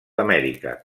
amèrica